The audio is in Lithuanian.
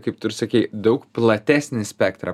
kaip tu ir sakei daug platesnį spektrą